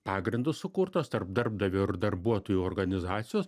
pagrindu sukurtos tarp darbdavio ir darbuotojų organizacijos